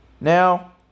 Now